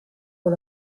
con